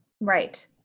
Right